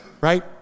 right